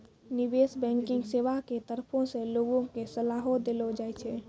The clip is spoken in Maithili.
निबेश बैंकिग सेबा के तरफो से लोगो के सलाहो देलो जाय छै